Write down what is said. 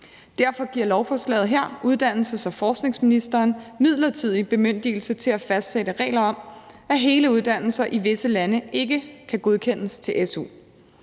Derfor giver lovforslaget her uddannelses- og forskningsministeren midlertidig bemyndigelse til at fastsætte regler om, at hele uddannelser i visse lande ikke kan godkendes til su.